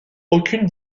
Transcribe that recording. aucune